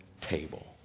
table